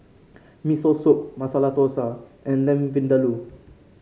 Miso Soup Masala Dosa and Lamb Vindaloo